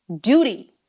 duty